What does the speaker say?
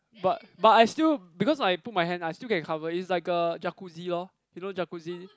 but but I still because I put my hand I still can cover it's like a jacucci lor you know jacucci